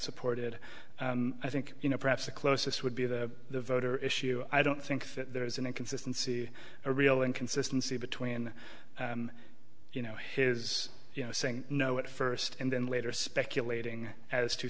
supported i think you know perhaps the closest would be the voter issue i don't think that there is an inconsistency a real inconsistency between you know his you know saying no at first and then later speculating as to